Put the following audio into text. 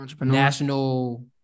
national